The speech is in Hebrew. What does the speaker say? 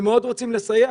הם מאוד רוצים לסייע,